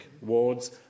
wards